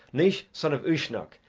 naois, son of uisnech,